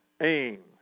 aim